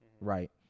right